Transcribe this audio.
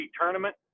tournament